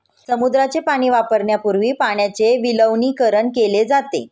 समुद्राचे पाणी वापरण्यापूर्वी पाण्याचे विलवणीकरण केले जाते